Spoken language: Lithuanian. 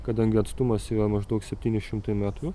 kadangi atstumas yra maždaug septyni šimtai metrų